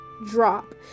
drop